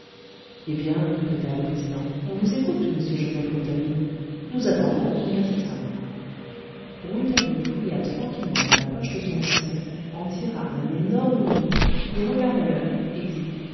eh bien répéta le président on vous écoute monsieur joseph rouletabille nous attendons le nom de l'assassin rouletabille fouilla tranquillement dans la poche de son gousset en tira un énorme oignon y regarda l'heure et